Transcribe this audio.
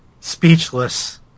Speechless